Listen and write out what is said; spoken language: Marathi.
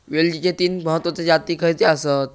वेलचीचे तीन महत्वाचे जाती खयचे आसत?